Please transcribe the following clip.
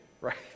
right